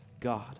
God